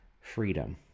freedom